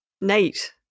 Nate